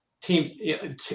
team